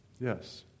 Yes